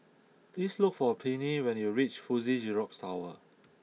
please look for Pinkney when you reach Fuji Xerox Tower